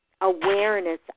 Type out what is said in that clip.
awareness